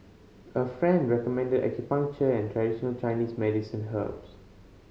a friend recommended acupuncture and traditional Chinese medicine herbs